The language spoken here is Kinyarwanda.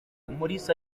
umulisa